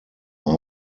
are